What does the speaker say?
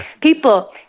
people